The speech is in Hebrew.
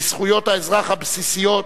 בזכויות האזרח הבסיסיות,